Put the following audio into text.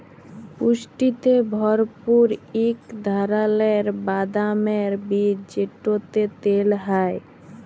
পুষ্টিতে ভরপুর ইক ধারালের বাদামের বীজ যেটতে তেল হ্যয়